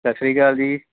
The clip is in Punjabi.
ਸਤਿ ਸ਼੍ਰੀ ਅਕਾਲ ਜੀ